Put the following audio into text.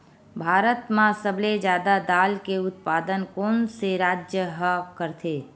भारत मा सबले जादा दाल के उत्पादन कोन से राज्य हा करथे?